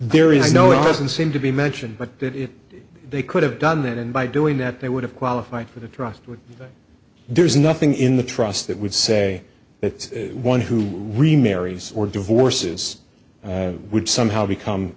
there is no it doesn't seem to be mentioned but that is they could have done that and by doing that they would have qualified for the truck but there's nothing in the trust that would say that one who remarries or divorces would somehow become